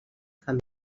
família